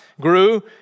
grew